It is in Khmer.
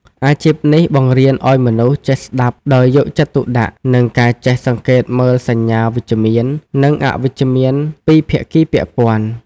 អាជីពនេះបង្រៀនឱ្យមនុស្សចេះស្តាប់ដោយយកចិត្តទុកដាក់ និងការចេះសង្កេតមើលសញ្ញាវិជ្ជមាន និងអវិជ្ជមានពីភាគីពាក់ព័ន្ធ។